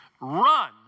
Run